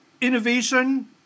Innovation